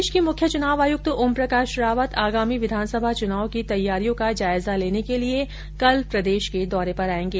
देश के मुख्य चुनाव आयुक्त ओम प्रकाश रावत आगामी विधानसभा चुनाव की तैयारियों का जायजा लेने के लिए कल प्रदेश के दौरे पर आयेंगे